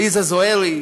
ליזה זוהרי,